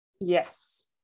Yes